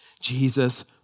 Jesus